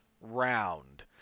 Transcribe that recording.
round